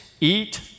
eat